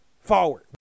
forward